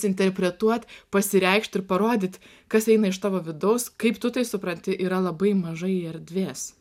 interpretuot pasireikšt ir parodyti kas eina iš tavo vidaus kaip tu tai supranti yra labai mažai erdvės